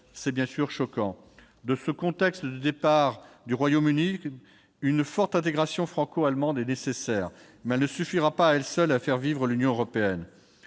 C'est bien sûr choquant. Dans ce contexte de départ du Royaume-Uni, une forte intégration franco-allemande est nécessaire, mais elle ne suffira pas à elle seule à faire vivre l'Union européenne.